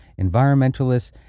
environmentalists